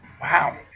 Wow